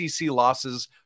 losses